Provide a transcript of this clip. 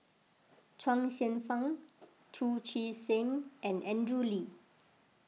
Chuang Hsueh Fang Chu Chee Seng and Andrew Lee